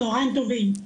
צוהריים טובים.